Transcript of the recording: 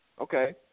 Okay